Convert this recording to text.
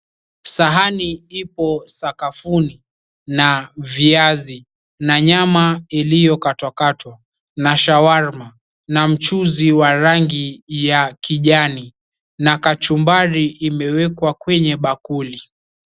Sahani ipo sakafuni na viazi na nyama iliyokatwakatwa na shawarma. Na mchuzi wa rangi ya kijani, na kachumbari imewekwa kwenye bakuli.